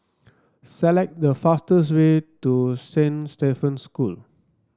select the fastest way to Saint Stephen's School